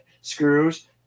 screws